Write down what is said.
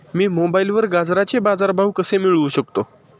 मी मोबाईलवर गाजराचे बाजार भाव कसे मिळवू शकतो?